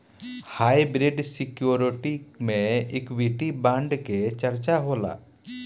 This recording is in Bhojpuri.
हाइब्रिड सिक्योरिटी में इक्विटी बांड के चर्चा होला